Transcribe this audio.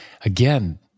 again